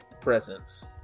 presence